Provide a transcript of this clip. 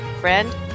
friend